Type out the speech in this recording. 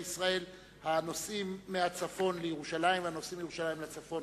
ישראל הנוסעים מהצפון לירושלים והנוסעים מירושלים לצפון.